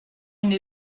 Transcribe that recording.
une